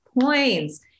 points